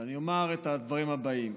ואני אומר את הדברים הבאים.